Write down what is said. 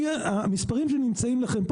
המספרים שנמצאים בפניכם פה